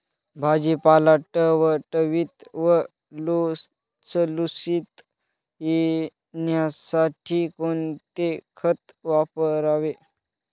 भाजीपाला टवटवीत व लुसलुशीत येण्यासाठी कोणते खत वापरावे?